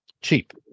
cheap